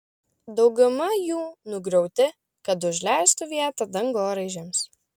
dauguma jų nugriauti kad užleistų vietą dangoraižiams